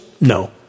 No